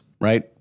right